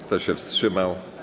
Kto się wstrzymał?